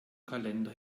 kalender